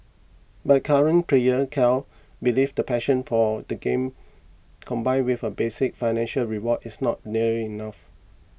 but current player Carl believes the passion for the game combined with a basic financial reward is not nearly enough